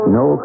no